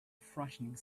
frightening